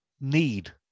need